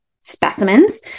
specimens